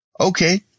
Okay